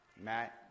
Matt